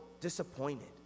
disappointed